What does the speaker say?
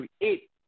create